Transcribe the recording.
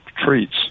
treats